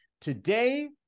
Today